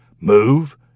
Move